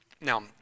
Now